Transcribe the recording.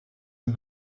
dem